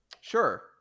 Sure